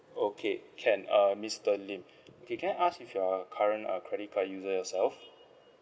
okay can uh mister lim okay can I ask if you're current uh credit card user yourself